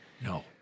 No